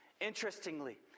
Interestingly